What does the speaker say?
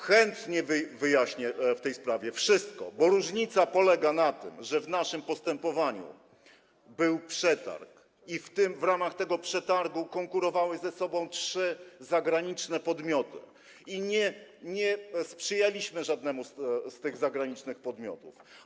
Chętnie wyjaśnię w tej sprawie wszystko, bo różnica polega na tym, że w naszym postępowaniu był przetarg, w ramach tego przetargu konkurowały ze sobą trzy zagraniczne podmioty i nie sprzyjaliśmy żadnemu z tych zagranicznych podmiotów.